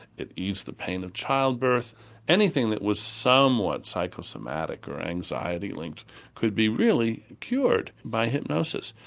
it eased the pain of childbirth anything that was somewhat psychosomatic or anxiety-linked could be really cured by hypnosis.